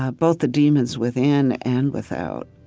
ah both the demons within and without.